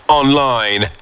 online